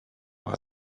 how